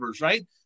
right